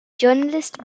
journalist